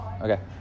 okay